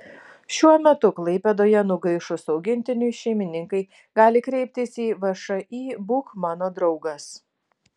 šiuo metu klaipėdoje nugaišus augintiniui šeimininkai gali kreiptis į všį būk mano draugas